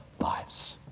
lives